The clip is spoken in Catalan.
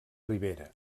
ribera